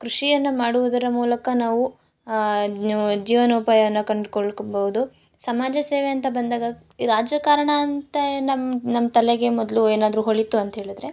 ಕೃಷಿಯನ್ನು ಮಾಡುವುದರ ಮೂಲಕ ನಾವು ಜೀವನ ಉಪಾಯವನ್ನು ಕಂಡುಕೊಳ್ಳಬಹುದು ಸಮಾಜ ಸೇವೆ ಅಂತ ಬಂದಾಗ ರಾಜಕಾರಣ ಅಂತೇ ನಮ್ಮ ನಮ್ಮ ತಲೆಗೆ ಮೊದಲು ಏನಾದ್ರು ಹೊಳೀತು ಅಂತೆಳಿದ್ರೆ